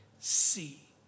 see